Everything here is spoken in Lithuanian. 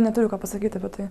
neturiu ką pasakyti apie tai